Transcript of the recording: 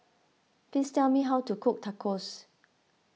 please tell me how to cook Tacos